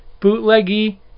bootleggy